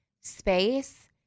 space